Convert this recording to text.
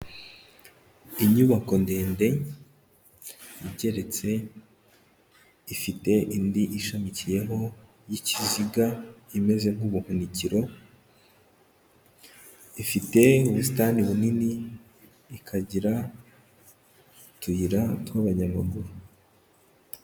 Inyubako ndende igeretse ifite indi ishamikiyeho y'ikiziga imeze nk'ubuhunikiro, ifite ubusitani bunini, ikagira utuyira tw'abanyamaguru.